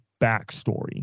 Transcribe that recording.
backstory